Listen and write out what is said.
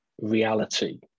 reality